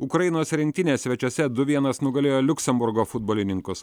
ukrainos rinktinė svečiuose du vienas nugalėjo liuksemburgo futbolininkus